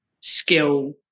skill